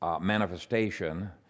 manifestation